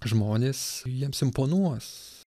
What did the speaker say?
žmonės jiems imponuos